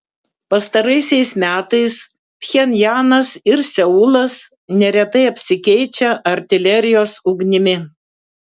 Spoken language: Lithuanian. pastaraisiais metais pchenjanas ir seulas neretai apsikeičia artilerijos ugnimi